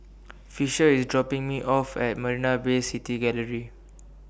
Fisher IS dropping Me off At Marina Bay City Gallery